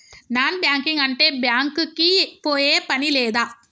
Non banking అంటే bank కి పోయే పని లేదా?